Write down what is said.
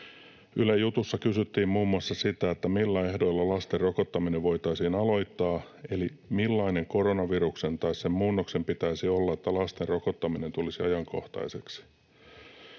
Ylen jutussa kysyttiin muun muassa, millä ehdoilla lasten rokottaminen voitaisiin aloittaa eli millainen koronaviruksen tai sen muunnoksen pitäisi olla, että lasten rokottaminen tulisi ajankohtaiseksi.